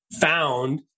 found